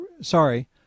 Sorry